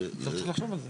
צריך לחשוב על זה.